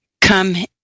come